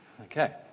Okay